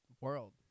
world